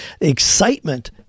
excitement